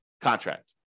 contract